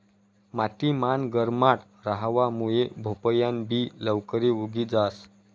माती मान गरमाट रहावा मुये भोपयान बि लवकरे उगी जास